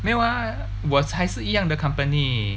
没有 ah 我还是一样的 company